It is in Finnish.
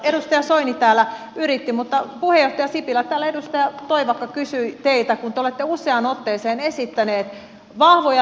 edustaja soini täällä yritti mutta puheenjohtaja sipilä täällä edustaja toivakka kysyi teiltä kun te olette useaan otteeseen esittänyt vahvoja lin jauksia